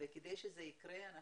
כדי שזה יקרה,